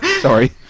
Sorry